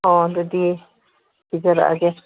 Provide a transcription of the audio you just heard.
ꯑꯣ ꯑꯗꯨꯗꯤ ꯄꯨꯖꯔꯛꯑꯒꯦ